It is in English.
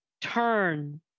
turn